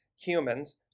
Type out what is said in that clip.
humans